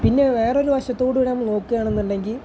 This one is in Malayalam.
പിന്നെ വേറൊരു വശത്തോടുകൂടി നമ്മൾ നോക്കുകയാണെന്നുണ്ടെങ്കിൽ